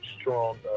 strong